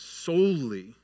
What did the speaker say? solely